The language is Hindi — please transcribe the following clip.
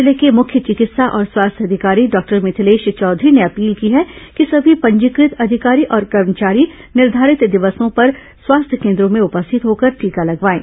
जिले के मुख्य चिकित्सा और स्वास्थ्य अधिकारी डॉक्टर मिथिलेश चौधरी ने अपील की है कि सभी पंजीकृत अधिकारी और कर्मचारी निर्धारित दिवसों पर स्वास्थ्य कोन्द्रों में उपस्थित होकर टीका लगवाएं